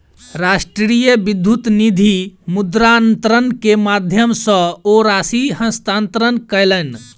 राष्ट्रीय विद्युत निधि मुद्रान्तरण के माध्यम सॅ ओ राशि हस्तांतरण कयलैन